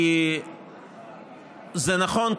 כי נכון,